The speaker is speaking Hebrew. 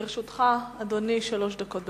לרשותך, אדוני, שלוש דקות.